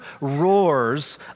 roars